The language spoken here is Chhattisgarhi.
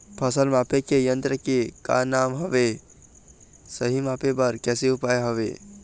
फसल मापे के यन्त्र के का नाम हवे, सही मापे बार कैसे उपाय हवे?